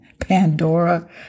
Pandora